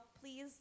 please